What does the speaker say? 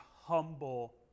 humble